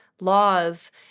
laws –